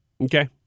Okay